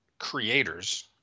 creators